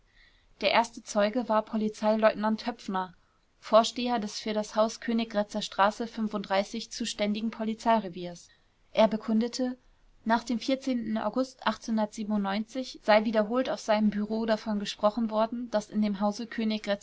der erste zeuge war polizeileutnant höpfner vorsteher des für das haus königgrätzer straße zuständigen polizeireviers er bekundete nach dem august sei wiederholt auf seinem bureau davon gesprochen worden daß in dem hause